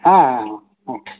ᱦᱮᱸ ᱦᱮᱸ ᱦᱮᱸ